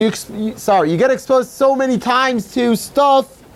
סארי, יגאד אקספוס סו מני טיימס טיוס סטווווו